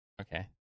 Okay